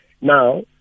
Now